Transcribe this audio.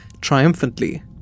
triumphantly